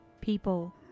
people